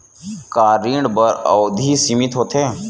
का ऋण बर अवधि सीमित होथे?